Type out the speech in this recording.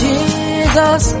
Jesus